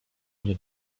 mnie